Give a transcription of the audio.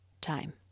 time